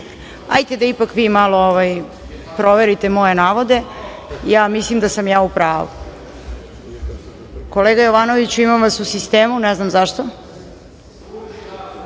da ipak vi malo proverite moje navode. Ja mislim da sam ja u pravu. Kolega Jovanoviću, imam vas u sistemu. Ne znam